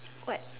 what